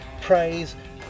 praise